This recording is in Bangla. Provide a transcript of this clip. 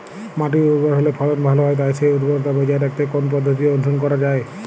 মাটি উর্বর হলে ফলন ভালো হয় তাই সেই উর্বরতা বজায় রাখতে কোন পদ্ধতি অনুসরণ করা যায়?